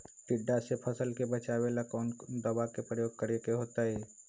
टिड्डा से फसल के बचावेला कौन दावा के प्रयोग करके होतै?